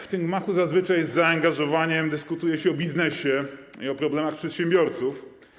W tym gmachu zazwyczaj z zaangażowaniem dyskutuje się o biznesie i problemach przedsiębiorców.